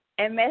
MS